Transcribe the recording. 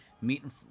meeting